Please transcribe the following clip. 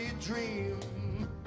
dream